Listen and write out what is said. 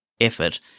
effort